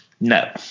No